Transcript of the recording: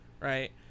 right